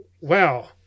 wow